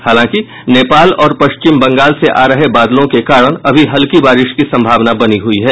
हालांकि नेपाल और पश्चिम बंगाल से आ रहे बादलों के कारण अभी हल्की बारिश की संभावन बनी हुयी है